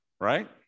Right